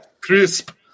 Crisp